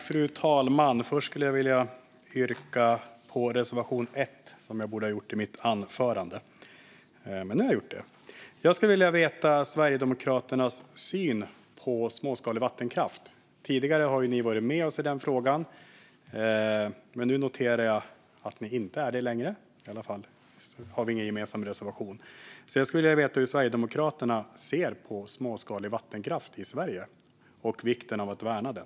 Fru talman! Först skulle jag vilja yrka bifall till reservation 1. Det borde jag ha gjort redan i mitt anförande, men nu har jag gjort det. Jag skulle vilja veta Sverigedemokraternas syn på småskalig vattenkraft. Tidigare har ni varit med oss i den frågan, Roger Hedlund, men jag noterar nu att ni inte är det längre. Vi har i alla fall ingen gemensam reservation. Jag skulle alltså vilja veta hur Sverigedemokraterna ser på småskalig vattenkraft i Sverige och på vikten av att värna den.